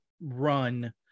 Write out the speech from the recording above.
run